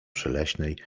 przyleśnej